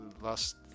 last